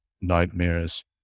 nightmares